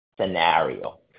scenario